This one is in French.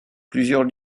plusieurs